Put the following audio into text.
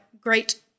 great